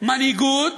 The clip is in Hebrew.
מנהיגות